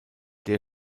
der